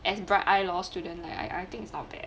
as bright eye law student like I I think is not bad